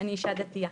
אני אישה דתיה.